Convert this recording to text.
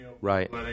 right